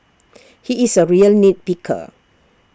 he is A real nit picker